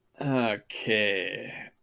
Okay